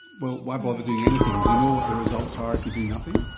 well, why bother doing anything. do you know what the results are if you do nothing?